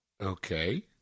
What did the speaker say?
Okay